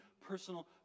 personal